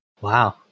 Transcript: Wow